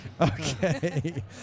Okay